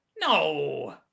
No